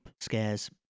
scares